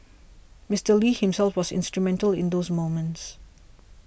Mister Lee himself was instrumental in those moments